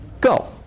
Go